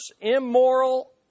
immoral